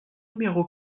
numéro